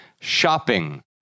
shopping